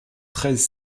treize